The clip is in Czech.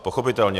Pochopitelně.